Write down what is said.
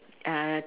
uh